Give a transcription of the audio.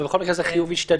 בכל מקרה זה חיוב השתדלת.